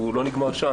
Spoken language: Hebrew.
הוא לא נגמר שם.